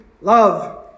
love